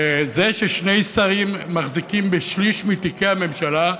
זה ששני שרים מחזיקים בשליש מתיקי הממשלה,